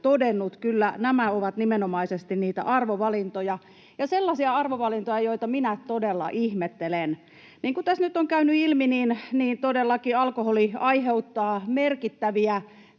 nämä ovat nimenomaisesti niitä arvovalintoja ja sellaisia arvovalintoja, joita minä todella ihmettelen. Niin kuin tässä nyt on käynyt ilmi, todellakin alkoholi aiheuttaa merkittäviä